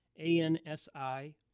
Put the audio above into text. ANSI